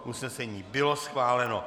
Usnesení bylo schváleno.